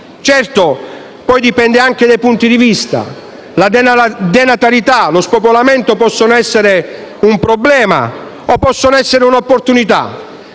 Certo, poi dipende anche dai punti di vista: la denatalità e lo spopolamento possono essere un problema o anche un'opportunità.